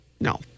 no